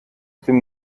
dem